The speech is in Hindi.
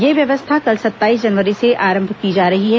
यह व्यवस्था कल सत्ताईस जनवरी से प्रारंभ की जा रही है